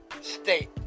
state